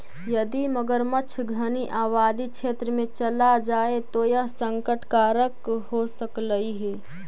यदि मगरमच्छ घनी आबादी क्षेत्र में चला जाए तो यह संकट कारक हो सकलई हे